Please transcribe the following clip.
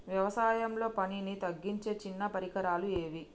వ్యవసాయంలో పనిని తగ్గించే చిన్న పరికరాలు ఏవి?